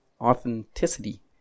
authenticity